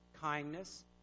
kindness